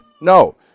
No